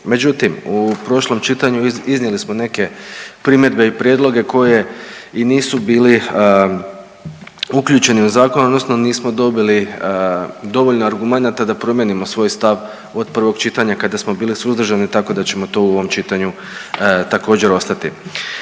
Međutim, u prošlom čitanju iznijeli smo neke primjedbe i prijedloge koji i nisu bili uključeni u zakon, odnosno nismo dobili dovoljno argumenata da promijenimo svoj stav od prvog čitanja kada smo bili suzdržani tako da ćemo to u ovom čitanju također ostati.